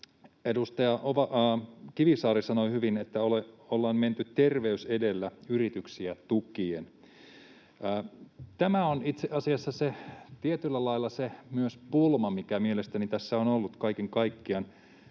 edustaja Kivisaari sanoi hyvin, että ollaan menty terveys edellä yrityksiä tukien. Tämä on itse asiassa tietyllä lailla myös se pulma, mikä mielestäni tässä on ollut kaiken kaikkiaan